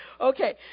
Okay